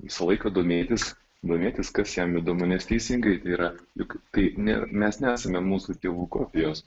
visą laiką domėtis domėtis kas jam įdomu nes teisinga tai yra juk tai ne mes nesame mūsų tėvų kopijos